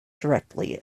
directly